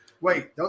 Wait